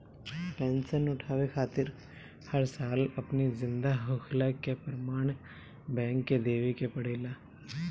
pension उठावे खातिर हर साल अपनी जिंदा होखला कअ प्रमाण बैंक के देवे के पड़ेला